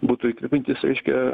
būtų įkvepiantis reiškia